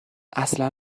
اصلا